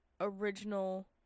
original